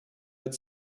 but